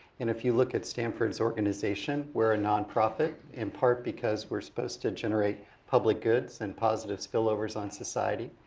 and if you look at stanfords' organization. we're a non-profit in part. because we're supposed to generate public goods and positive spillovers on society.